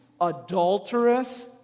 adulterous